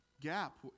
gap